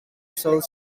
south